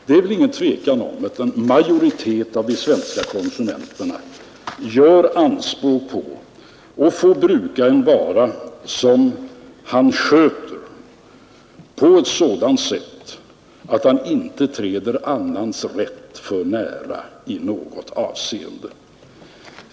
Det råder väl inget tvivel om att majoriteten av de svenska konsumenterna gör anspråk på att få bruka en vara som de sköter på ett sådant sätt att de inte träder annans rätt för nära i något avseende.